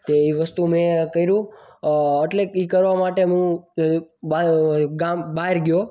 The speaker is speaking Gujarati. તો એ વસ્તુ મેં કર્યું એટલે એ કરવા માટે હું કામ ગામ બહાર ગયો